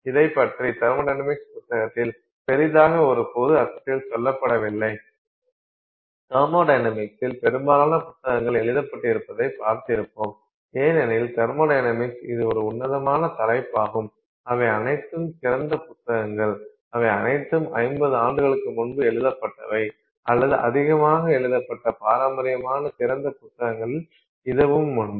இதைப் பற்றி தெர்மொடைனமிக்ஸ் புத்தகத்தில் பெரிதாக ஒரு பொது அர்த்தத்தில் சொல்லப்படவில்லை தெர்மொடைனமிக்ஸில் பெரும்பாலான புத்தகங்கள் எழுதப்பட்டிருப்பதை பார்த்திருப்போம் ஏனெனில் தெர்மொடைனமிக்ஸ் இது ஒரு உன்னதமான தலைப்பாகும் அவை அனைத்தும் சிறந்த புத்தகங்கள் அவை அனைத்தும் 50 ஆண்டுகளுக்கு முன்பு எழுதப்பட்டவை அல்லது அதிகமாக எழுதப்பட்ட பாரம்பரியமான சிறந்த புத்தகங்களில் இதுவும் உண்டு